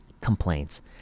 complaints